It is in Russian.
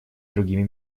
другими